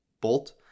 bolt